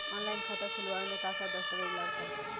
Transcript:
Online खाता खूलावे म का का दस्तावेज लगा ता?